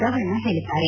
ರೇವಣ್ಣ ಹೇಳಿದ್ದಾರೆ